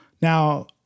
Now